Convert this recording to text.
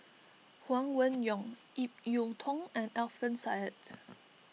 Huang Wenhong Ip Yiu Tung and Alfian Sa'At